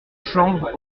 chanvre